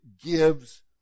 gives